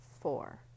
four